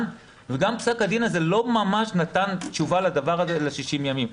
וגם פסק הדין הזה לא ממש נתן תשובה ל-60 הימים.